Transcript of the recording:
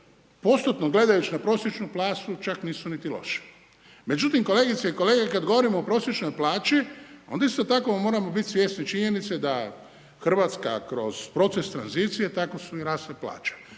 postotno gledajući na prosječnu plaću nisu čak ni loše. Međutim, kolegice i kolege, kad govorimo o prosječnoj plaći, onda isto tako moramo biti svjesni činjenice, da Hrvatska kroz proces tranzicije, tako su i rasle plaće.